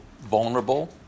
vulnerable